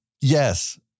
Yes